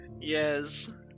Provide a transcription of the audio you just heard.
Yes